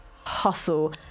hustle